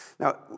Now